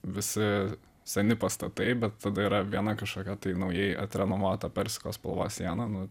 visi seni pastatai bet tada yra viena kažkokia tai naujai atrenovuota persiko spalvos siena